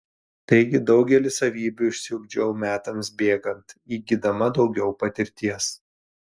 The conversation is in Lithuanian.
taigi daugelį savybių išsiugdžiau metams bėgant įgydama daugiau patirties